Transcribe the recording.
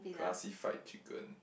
classified chicken